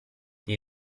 gli